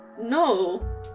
No